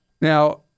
Now